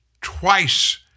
twice